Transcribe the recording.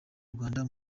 rwanda